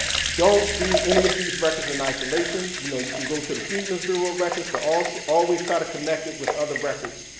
don't view any of these records in isolation. you know you can go to the freedmen's bureau records but ah so always try to connect it with other records,